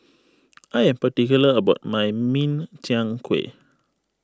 I am particular about my Min Chiang Kueh